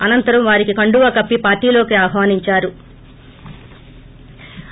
అనంతరం వారికి కండువా కప్పి పార్టీలోకి ఆహ్వానించారు